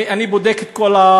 אני בודק את כל הפיגועים,